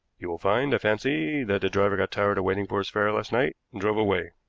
you will find, i fancy, that the driver got tired of waiting for his fare last night and drove away.